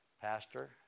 pastor